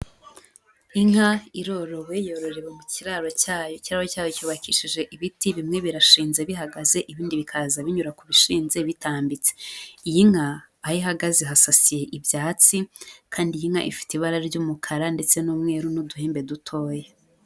Inka irorowe, yororewe mu kiraro cyayo, ikiraro cyayo cyubakishije ibiti, bimwe birashinze bihagaze ibindi bikaza binyura ku bishinze bitambitse, iyi nka aho ihagaze hasasiye ibyatsi, kandi iyi nka ifite ibara ry'umukara ndetse n'umweru n'uduhembe dutoya.